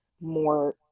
more